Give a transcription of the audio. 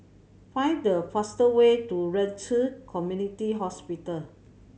find the fast way to Ren Ci Community Hospital